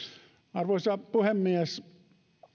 arvoisa puhemies